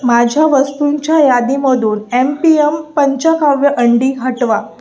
माझ्या वस्तूंच्या यादीमधून एम पी एम पंचकाव्य अंडी हटवा